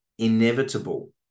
inevitable